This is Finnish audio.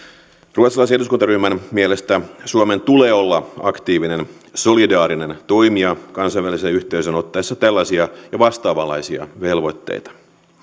ruotsalaisen eduskuntaryhmän mielestä suomen tulee olla aktiivinen solidaarinen toimija kansainvälisen yhteisön ottaessa tällaisia ja vastaavanlaisia velvoitteita